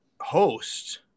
host